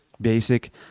basic